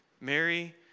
Mary